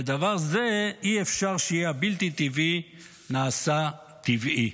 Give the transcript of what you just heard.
ודבר זה אי-אפשר שיהיה הבלתי-טבעי נעשה בטבעי".